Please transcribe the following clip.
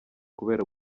kubera